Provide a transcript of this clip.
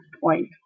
point